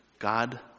God